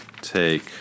take